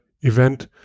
event